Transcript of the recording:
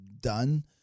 done